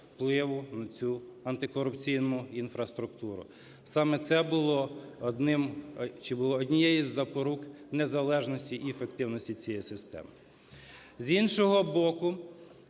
впливу на цю антикорупційну інфраструктуру. Саме це було одним чи було однієї із запорук незалежності і ефективності цієї системи. З іншого боку,